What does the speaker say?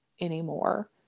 anymore